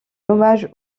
hommage